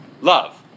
love